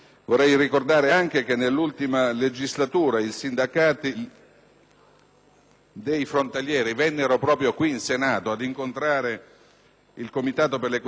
dei frontalieri vennero in Senato ad incontrare il Comitato per le questioni degli italiani all'estero e già all'epoca avevano segnalato il problema